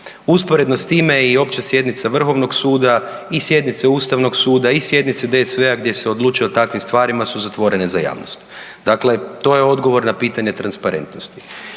Usporedno s time je i Opća sjednica Vrhovnoga suda i sjednice Ustavnog suda i sjednica DSV-a gdje se odlučuje o takvim stvarima su zatvorene za javnost. Dakle, to je odgovor na pitanje transparentnosti.